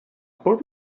poor